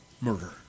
murder